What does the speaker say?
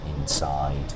Inside